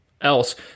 else